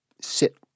sit